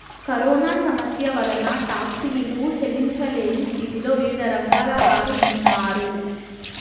corona సమస్య వలన టాక్సీలు చెల్లించలేని స్థితిలో వివిధ రంగాల వారు ఉన్నారు